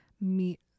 meet